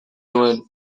nuen